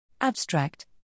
Abstract